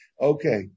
Okay